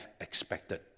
expected